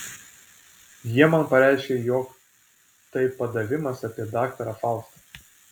jie man pareiškė jog tai padavimas apie daktarą faustą